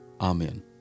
Amen